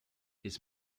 his